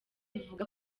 bivugwa